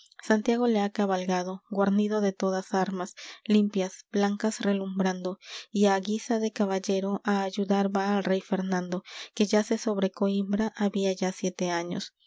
santiago le ha cabalgado guarnido de todas armas limpias blancas relumbrando y á guisa de caballero á ayudar va al rey fernando que yace sobre coímbra había ya siete años